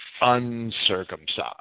uncircumcised